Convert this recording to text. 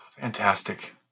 Fantastic